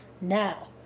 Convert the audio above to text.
Now